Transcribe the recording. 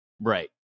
Right